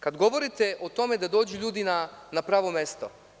Kada govorite o tome da dođu ljudi na pravo mesto.